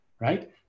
right